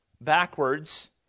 backwards